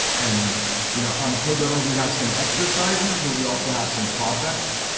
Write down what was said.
and you know on code better, we have some exercises, but we also have some projects.